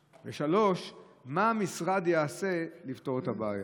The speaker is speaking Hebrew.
3. מה המשרד יעשה לפתור את הבעיה?